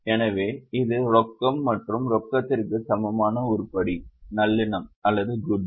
எனவே இது ரொக்கம் மற்றும் ரொக்கத்திற்கு சமமான உருப்படி நல்லெண்ணம் குட்வில்